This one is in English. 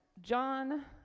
John